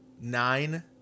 nine